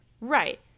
Right